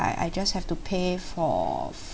I I just have to pay for